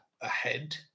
ahead